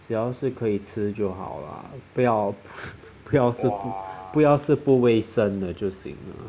只要是可以吃就好了不要不要不要是不卫生的就行了